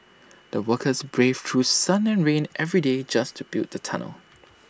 the workers braved through sun and rain every day just to build the tunnel